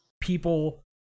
people